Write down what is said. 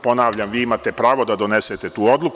Ponavljam, vi imate pravo da donesete tu odluku.